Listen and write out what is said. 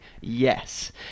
yes